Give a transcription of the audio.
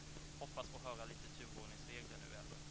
Jag hoppas få höra lite om turordningsreglerna från honom.